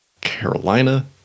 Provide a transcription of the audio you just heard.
Carolina